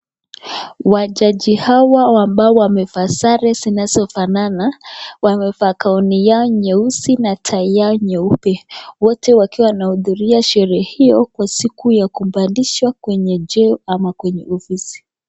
Wajaji hawa ambao wamevaa sare zinazo fanana wamevaa gown yao nyeusi na tai yao nyeupe. Wote wakiwa wanahudhuria sherehe hio kwa siku ya kupandishwa kwenye cheo ama kwenye ofisi.